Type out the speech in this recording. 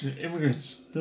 Immigrants